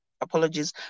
apologies